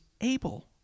able